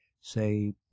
say